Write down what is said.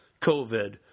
covid